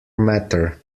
matter